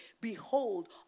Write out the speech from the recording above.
Behold